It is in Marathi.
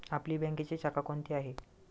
आपली बँकेची शाखा कोणती आहे